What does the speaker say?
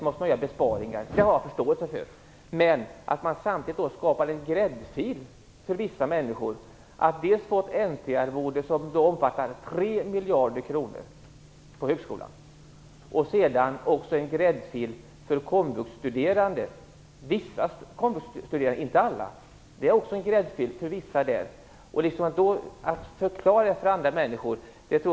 Men det är ganska förvånande att man samtidigt skapar en gräddfil för vissa människor på högskolan - genom ett NT-arvode som omfattar 3 miljarder kronor - och för vissa komvuxstuderande, inte alla. Jag tror att det är oerhört svårt att förklara detta för andra människor.